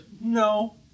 No